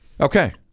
okay